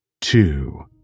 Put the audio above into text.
two